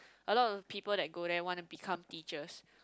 a lot of people that go there want to become teachers